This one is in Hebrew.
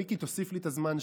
מיקי, תוסיף לי את הזמן,